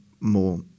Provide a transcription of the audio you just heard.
more